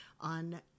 on